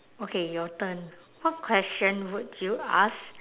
okay your turn what question would you ask